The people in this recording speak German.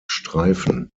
streifen